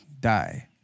die